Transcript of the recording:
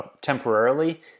temporarily